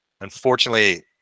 unfortunately